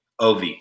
Ov